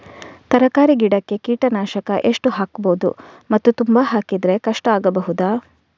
ತರಕಾರಿ ಗಿಡಕ್ಕೆ ಕೀಟನಾಶಕ ಎಷ್ಟು ಹಾಕ್ಬೋದು ಮತ್ತು ತುಂಬಾ ಹಾಕಿದ್ರೆ ಕಷ್ಟ ಆಗಬಹುದ?